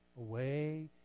away